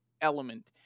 element